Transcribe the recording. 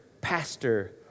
pastor